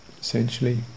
essentially